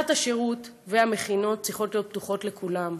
שנת השירות והמכינות צריכות להיות פתוחות לכולם: